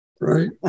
right